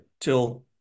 till